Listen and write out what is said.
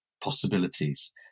possibilities